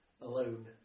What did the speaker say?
alone